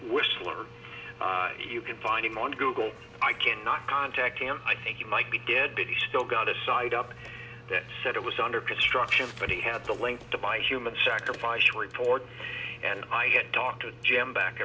whistler if you can find him on google i can not contact him i think he might be dead but he still got a site up that said it was under construction but he had the link to by human sacrifice to report and i had talked to jim back